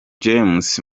james